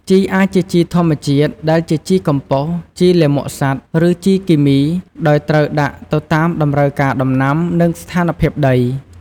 ជីអាចជាជីធម្មជាតិ ដែលជា ជីកំប៉ុស្ត ជីលាមកសត្វ ឬជីគីមី ដោយត្រូវដាក់ទៅតាមតម្រូវការដំណាំ និងស្ថានភាពដី។